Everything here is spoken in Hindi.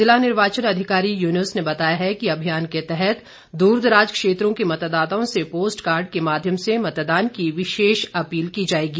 जिला निर्वाचन अधिकारी यूनुस ने बताया है कि अभियान के तहत दूरदराज क्षेत्रों के मतदाताओं से पोस्ट कार्ड के माध्यम से मतदान की विशेष अपील की जाएगी